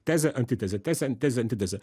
tezė antitezė tezė tezė antitezė